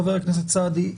חבר הכנסת סעדי,